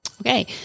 Okay